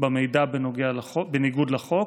במידע בניגוד לחוק,